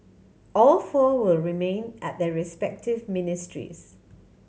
all four will remain at their respective ministries